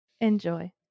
enjoy